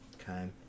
Okay